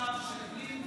למכתב של בלינקן?